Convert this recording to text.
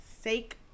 sake